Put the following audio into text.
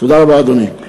תודה רבה, אדוני.